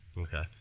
Okay